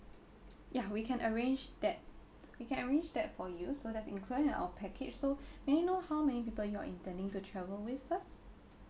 we can arrange that we can arrange that for you so that's included in our package so may I know how many people you are intending to travel with first